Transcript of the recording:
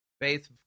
faith